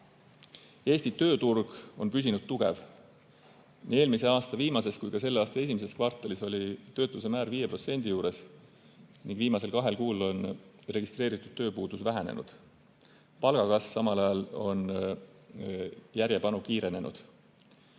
taset. Eesti tööturg on püsinud tugev. Nii eelmise aasta viimases kui ka selle aasta esimeses kvartalis oli töötuse määr 5% juures ning viimasel kahel kuul on registreeritud tööpuudus vähenenud. Palgakasv samal ajal on järjepanu kiirenenud.